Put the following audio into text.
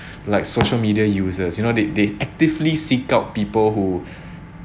like social media users you know they they actively seek out people who